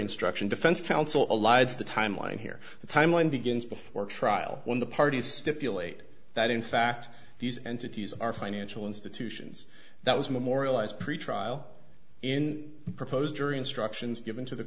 instruction defense counsel lies the timeline here the timeline begins before trial when the parties stipulate that in fact these entities are financial institutions that was memorialized pretrial in proposed jury instructions given to the